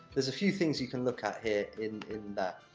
there's a few things you can look at here, in in that.